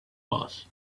boss